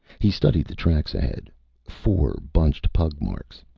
he studied the tracks ahead four bunched pug marks,